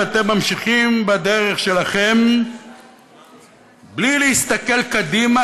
ואתם ממשיכים בדרך שלכם בלי להסתכל קדימה,